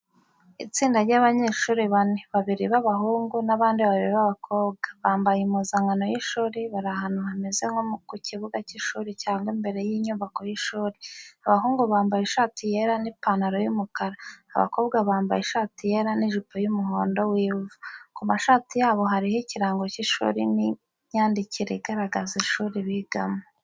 Itsinda ry’abanyeshuri bane: babiri b’abahungu n’abandi babiri b’abakobwa, bambaye impuzankano y’ishuri bari ahantu hameze nko mu kibuga cy’ishuri cyangwa imbere y’inyubako y’ishuri. Abahungu bambaye ishati yera n’ipantalo y’umukara, abakobwa bambaye ishati yera n’ijipo y’umuhondo w’ivu. Ku mashati yabo hariho ikirango cy’ishuri n’imyandikire igaragaza ishuri bigamo.